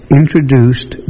introduced